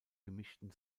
gemischten